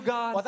God